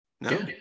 No